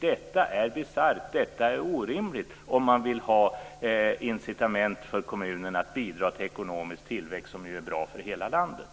Detta är bisarrt och orimligt om man vill ha incitament för kommunerna att bidra till ekonomisk tillväxt, som ju är bra för hela landet.